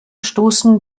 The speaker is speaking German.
stoßen